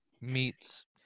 meets